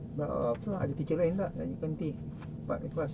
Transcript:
but ada tiket lain tak kejap lagi ganti class